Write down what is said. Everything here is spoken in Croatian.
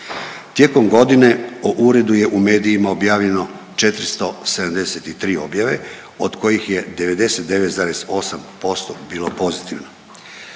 Tijekom godine o Uredu je u medijima objavljeno 473 objave, od kojih je 99,8% bilo pozitivno.